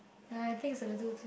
I think is a little too